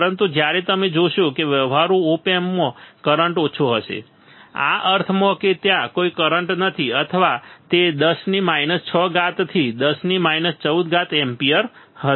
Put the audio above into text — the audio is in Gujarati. પરંતુ જ્યારે તમે જોશો કે વ્યવહારુ ઓપ એમ્પમાં કરંટ ઓછો હશે આ અર્થમાં કે ત્યાં કોઈ કરંટ નથી અથવા તે 10 6 થી 10 14 એમ્પીયર હશે